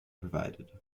provided